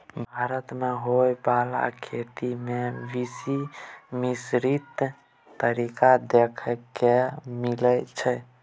भारत मे होइ बाला खेती में बेसी मिश्रित तरीका देखे के मिलइ छै